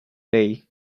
day